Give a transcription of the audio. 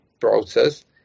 process